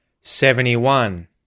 Seventy-one